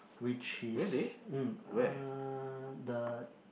which is mm uh the